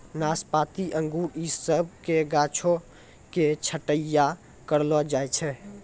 नाशपाती अंगूर इ सभ के गाछो के छट्टैय्या करलो जाय छै